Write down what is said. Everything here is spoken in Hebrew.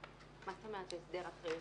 מה זאת אומרת הסדר רגיל?